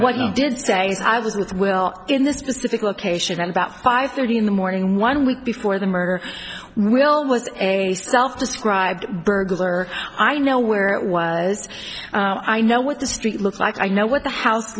what you did say is i was with will in this specific location at about five thirty in the morning one week before the murder will it was a self described burglar i know where it was i know what the street looks like i know what the house